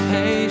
Hey